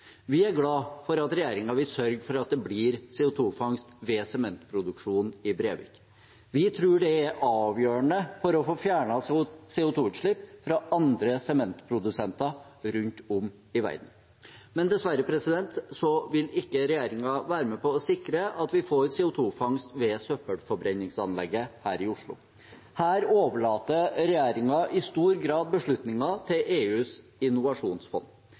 Vi er glade for at regjeringen vil sørge for at det blir CO 2 -fangst ved sementproduksjonen i Brevik. Vi tror det er avgjørende for å få fjernet CO 2 -utslipp fra andre sementprodusenter rundt om i verden. Men dessverre vil ikke regjeringen være med på å sikre at vi får CO 2 -fangst ved søppelforbrenningsanlegget her i Oslo. Her overlater regjeringen i stor grad beslutningen til EUs innovasjonsfond